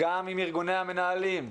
גם עם ארגוני המנהלים,